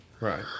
Right